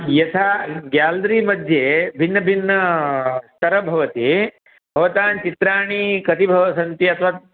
यथा गेल्रि मध्ये भिन्नभिन्नस्तरः भवति भवतां चित्राणि कति भव् सन्ति अथवा